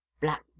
black